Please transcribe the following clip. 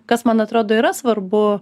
kas man atrodo yra svarbu